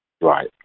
right